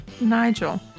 Nigel